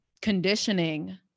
conditioning